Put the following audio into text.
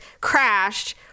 crashed